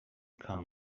come